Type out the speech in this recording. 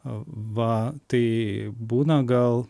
va tai būna gal